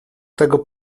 tego